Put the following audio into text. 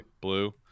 blue